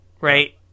right